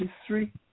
history